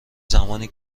زمانی